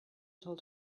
told